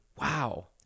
Wow